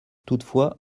toutefois